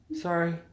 Sorry